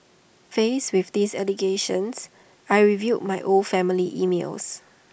faced with these allegations I reviewed my old family emails